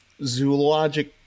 zoologic